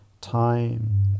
Time